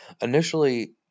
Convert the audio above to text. initially